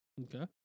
okay